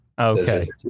Okay